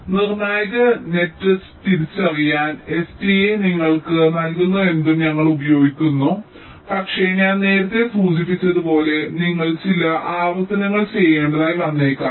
അതിനാൽ നിർണായക നെറ്സ് തിരിച്ചറിയാൻ STA നിങ്ങൾക്ക് നൽകുന്നതെന്തും ഞങ്ങൾ ഉപയോഗിക്കുമെന്ന് പക്ഷേ ഞാൻ നേരത്തെ സൂചിപ്പിച്ചതുപോലെ നിങ്ങൾ ചില ആവർത്തനങ്ങൾ ചെയ്യേണ്ടതായി വന്നേക്കാം